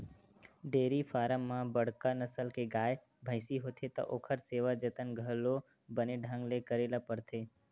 dairy farm म बड़का नसल के गाय, भइसी होथे त ओखर सेवा जतन घलो बने ढंग ले करे ल परथे